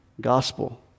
gospel